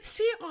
See